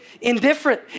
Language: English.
indifferent